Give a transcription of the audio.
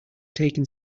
taking